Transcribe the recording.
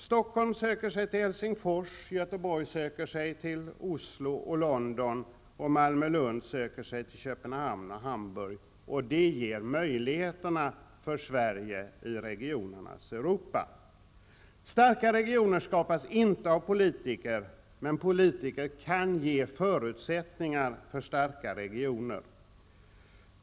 Stockholm söker sig till Helsingfors, Göteborg söker sig till Oslo och London, Malmö--Lund söker sig till Köpenhamn och Hamburg. Det ger Sverige möjligheter i regionernas Europa. Starka regioner skapas inte av politiker, men politiker kan ge förutsättningar för starka regioner.